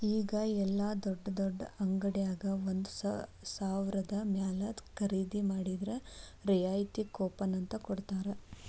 ಈಗ ಯೆಲ್ಲಾ ದೊಡ್ಡ್ ದೊಡ್ಡ ಅಂಗಡ್ಯಾಗ ಒಂದ ಸಾವ್ರದ ಮ್ಯಾಲೆ ಖರೇದಿ ಮಾಡಿದ್ರ ರಿಯಾಯಿತಿ ಕೂಪನ್ ಅಂತ್ ಕೊಡ್ತಾರ